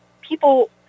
people